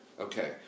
Okay